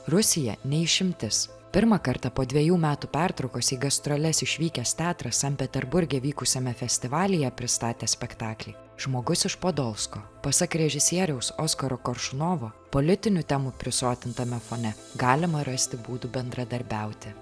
rusija ne išimtis pirmą kartą po dvejų metų pertraukos į gastroles išvykęs teatras sankt peterburge vykusiame festivalyje pristatęs spektaklį žmogus iš podolsko pasak režisieriaus oskaro koršunovo politinių temų prisotintame fone galima rasti būdų bendradarbiauti